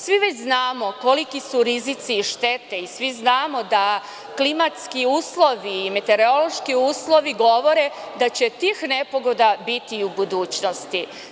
Svi već znamo koliki su rizici, štete i svi znamo da klimatski uslovi i meteorološki uslovi govore da će tih nepogoda biti i u budućnosti.